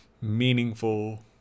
meaningful